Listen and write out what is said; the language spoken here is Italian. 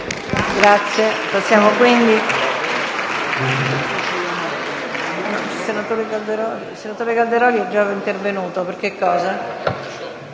Grazie